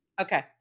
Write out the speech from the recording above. Okay